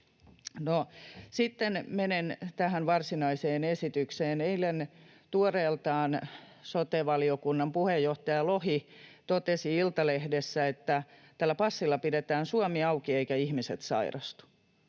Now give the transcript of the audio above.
Sitten menen tähän varsinaiseen esitykseen. Eilen tuoreeltaan sote-valiokunnan puheenjohtaja Lohi totesi Iltalehdessä, että tällä passilla pidetään Suomi auki eivätkä ihmiset sairastu.